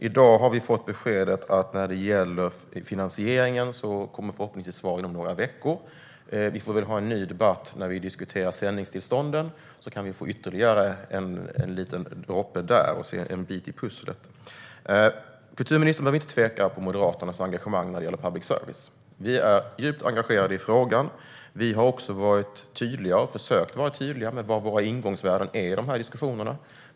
I dag har vi fått beskedet att när det gäller finansieringen kommer det förhoppningsvis svar inom några veckor. Vi får väl ha en ny debatt där vi diskuterar sändningstillstånden. Då kan vi få ytterligare en bit i pusslet. Kulturministern behöver inte tvivla på Moderaternas engagemang när det gäller public service. Vi är djupt engagerade i frågan. Vi har försökt vara tydliga med vilka våra ingångsvärden är i de diskussionerna.